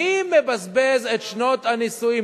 מי מבזבז את שנות הנישואים,